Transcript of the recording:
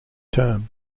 term